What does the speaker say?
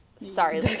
Sorry